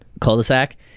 cul-de-sac